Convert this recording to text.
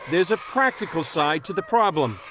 there is a practical side to the problem.